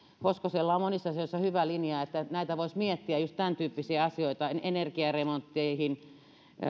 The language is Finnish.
hoskosella on monissa asioissa hyvä linja näitä voisi miettiä just tämäntyyppisiä asioita energiaremontteihin